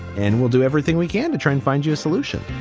and we'll do everything we can to try and find you a solution.